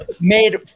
made